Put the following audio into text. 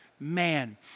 Man